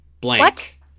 Blank